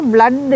Blood